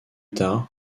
tard